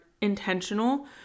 intentional